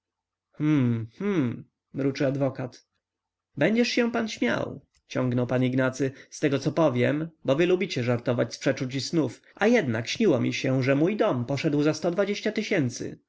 hum hum mruczy adwokat będziesz się pan śmiał ciągnie pan tomasz z tego co powiem bo wy lubicie żartować z przeczuć i snów a jednak dziś śniło mi się że mój dom poszedł za sto dwadzieścia tysięcy